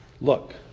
Look